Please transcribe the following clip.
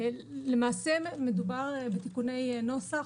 למעשה, מדובר בתיקוני נוסח.